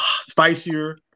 spicier